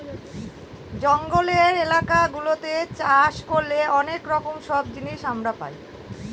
জঙ্গলের এলাকা গুলাতে চাষ করলে অনেক রকম সব জিনিস আমরা পাই